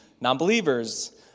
non-believers